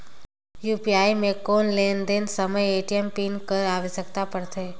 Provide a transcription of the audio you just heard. UPI म कौन लेन देन समय ए.टी.एम पिन कर आवश्यकता पड़थे?